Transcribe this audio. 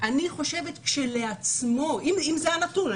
אני חושבת כשלעצמו אם זה הנתון,